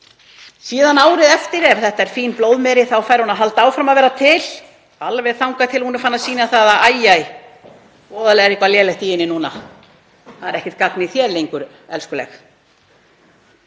raun ber vitni. Ef þetta er fín blóðmeri þá fær hún að halda áfram að vera til alveg þangað til hún er farin að sýna það að: Æ, æ, voðalega er eitthvað lélegt í henni núna. Það er ekkert gagn í þér lengur, elskuleg.